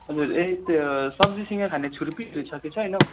हजुर ए त्यो सब्जीसित खाने छुर्पीहरू छ कि छैन हौ